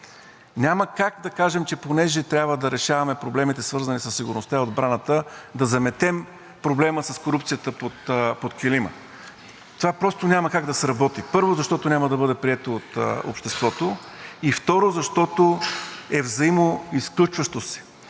Няма как да кажем, че понеже трябва да решаваме проблемите, свързани със сигурността и отбраната, да заметем проблема с корупцията под килима. Това просто няма как да сработи. Първо, защото няма да бъде прието от обществото, и второ, защото е взаимноизключващо се.